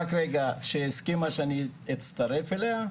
רק רגע, שהסכימה שאני אצטרף אליה,